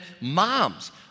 moms